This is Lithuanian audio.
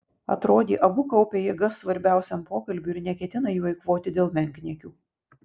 atrodė abu kaupia jėgas svarbiausiam pokalbiui ir neketina jų eikvoti dėl menkniekių